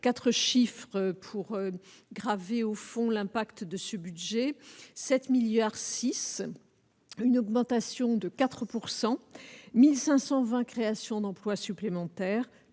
4 chiffres pour graver au fond l'impact de ce budget 7 milliards 6 une augmentation de 4 pourcent 1520 créations d'emplois supplémentaires,